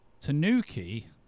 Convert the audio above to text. Tanuki